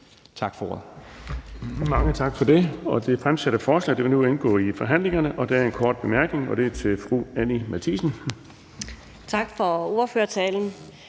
Tak for ordet.